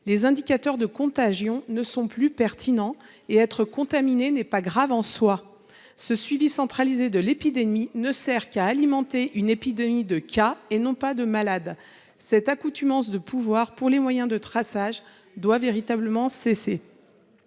Les indicateurs de contagion ne sont plus pertinents : être contaminé n'est pas grave en soi. Le suivi centralisé de l'épidémie ne sert qu'à alimenter une épidémie de cas, et non pas de malades. Cette accoutumance du pouvoir aux moyens de traçage doit véritablement cesser.